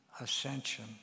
ascension